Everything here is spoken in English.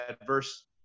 adverse